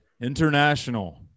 International